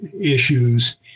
issues